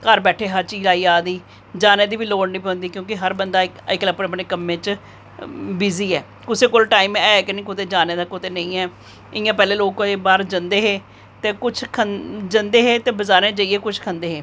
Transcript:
घर बैठे दे हर चीज़ आई जा दी जाने दी बी लोड़ निं पौंदी क्योंकि हर बंदा इक्क अज्जकल अपने कम्में च बिज़ी ऐ कुसै कोल टैम ऐ गै नेईं कुदै जाने दा कुदै नेईं ऐ इंया लोग पैह्लें बाहर जंदे हे ते कुछ जंदे हे ते कुछ बजारें जाइयै खंदे हे